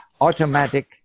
automatic